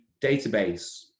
database